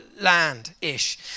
land-ish